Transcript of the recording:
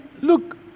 Look